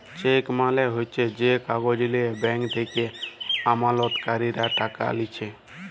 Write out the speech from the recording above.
check মালে হচ্যে যে কাগজ লিয়ে ব্যাঙ্ক থেক্যে আমালতকারীরা টাকা লিছে